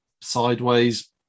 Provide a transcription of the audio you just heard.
sideways